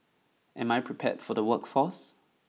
am I prepared for the workforce